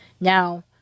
Now